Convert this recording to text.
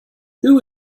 who